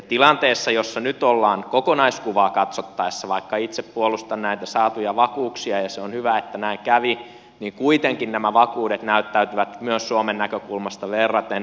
tilanteessa jossa nyt ollaan kokonaiskuvaa katsottaessa vaikka itse puolustan näitä saatuja vakuuksia ja on hyvä että näin kävi nämä vakuudet kuitenkin näyttäytyvät myös suomen näkökulmasta verraten pienenä asiana